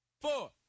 Four